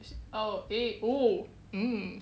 oh eh oo mm